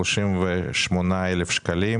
38 אלף שקל",